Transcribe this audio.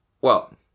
Well-